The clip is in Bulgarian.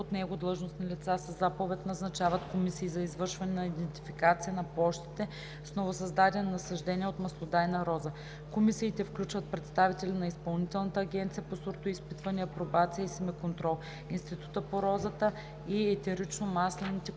от него длъжностни лица със заповед назначават комисии за извършване на идентификация на площите с новосъздадени насаждения от маслодайна роза. Комисиите включват представители на Изпълнителната агенция по сортоизпитване, апробация и семеконтрол, Института по розата и етеричномаслените култури